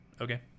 okay